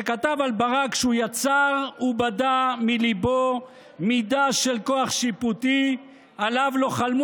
שכתב על ברק שהוא יצר ובדה מליבו מידה של כוח שיפוטי שעליו לא חלמו